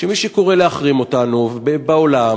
שמי שקורא להחרים אותנו בעולם,